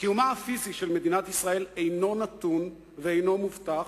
קיומה הפיזי של מדינת ישראל אינו נתון ואינו מובטח,